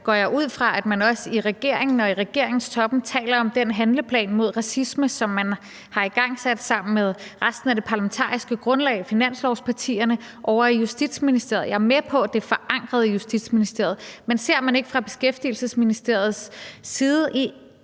går jeg ud fra, at man også i regeringen og i regeringstoppen taler om den handleplan mod racisme, som man har igangsat sammen med resten af det parlamentariske grundlag – finanslovspartierne – ovre i Justitsministeriet. Jeg er med på, at det er forankret i Justitsministeriet, men kan man ikke fra Beskæftigelsesministeriets side se,